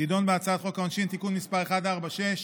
תדון בהצעת חוק העונשין (תיקון מס' 146)